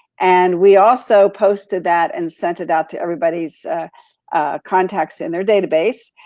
and we also posted that and sent it out to everybody's contacts in their database.